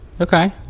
Okay